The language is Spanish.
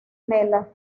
mella